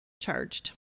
charged